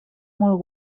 molt